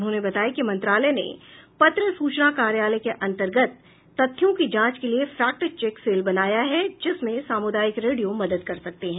उन्होंने बताया कि मंत्रालय ने पत्र सूचना कार्यालय के अंतर्गत तथ्यों की जांच के लिए फैक्ट चेक सेल बनाया है जिसमें सामुदायिक रेडियो मदद कर सकते हैं